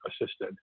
assisted